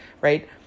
right